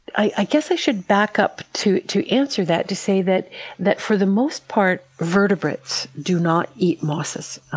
i guess i should back up to to answer that, to say that that for the most part vertebrates do not eat mosses.